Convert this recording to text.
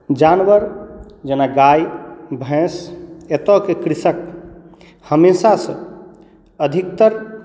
जानवर जेना गाए भैँस एतय के कृषक हमेशासँ अधिकतर